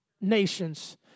nations